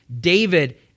David